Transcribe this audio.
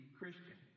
Christian